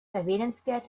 erwähnenswert